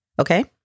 okay